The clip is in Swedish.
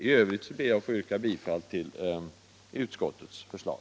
I övrigt ber jag att få yrka bifall till utskottets förslag.